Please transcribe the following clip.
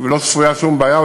לא צפויה שום בעיה,